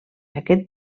aquest